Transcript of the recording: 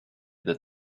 that